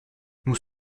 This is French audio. nous